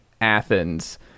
Athens